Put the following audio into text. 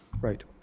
Right